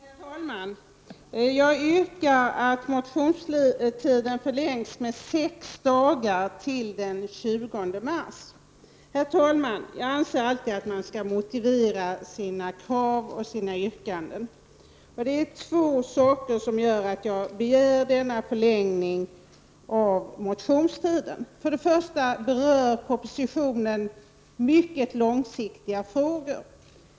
Herr talman! Jag yrkar att motionstiden förlängs med sex dagar till den 20 mars. Herr talman! Jag anser att man alltid skall motivera sina krav och sina yrkanden. Det är två omständigheter som gör att jag begär denna förlängning av motionstiden. För det första berör propositionen mycket långsiktiga frågor.